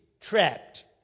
trapped